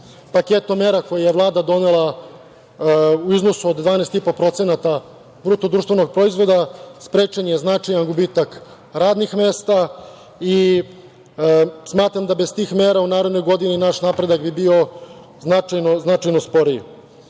mera koji je Vlada donela u iznosu od 12,5% BDP sprečen je značajan gubitak radnih mesta i smatram da bez tih mera u narednoj godini naš napredak bi bio značajno sporiji.